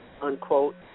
Unquote